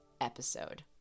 episode